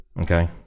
Okay